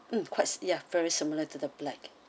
mm quite ya very similar to the black